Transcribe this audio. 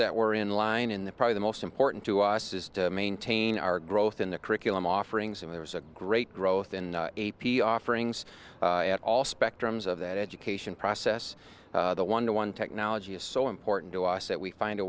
were in line in the probably the most important to us is to maintain our growth in the curriculum offerings and there was a great growth in a p offerings all spectrums of that education process the one to one technology is so important to us that we find a